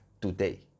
today